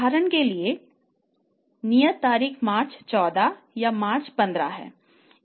उदाहरण के लिए नियत तारीख मार्च 14 या मार्च 15 है